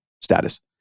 status